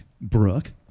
Brooke